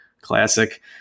Classic